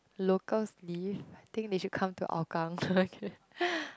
locals live think they should come to hougang okay